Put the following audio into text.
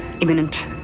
imminent